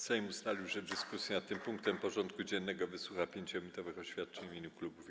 Sejm ustalił, że w dyskusji nad tym punktem porządku dziennego wysłucha 5-minutowych oświadczeń w imieniu klubów i kół.